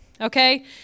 okay